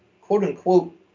quote-unquote